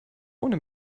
ohne